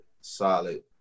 solid